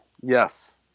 Yes